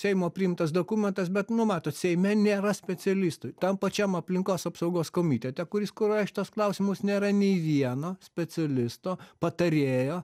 seimo priimtas dokumentas bet nu matot seime nėra specialistui tam pačiam aplinkos apsaugos komitete kuris kuruoja šituos klausimus nėra nei vieno specialisto patarėjo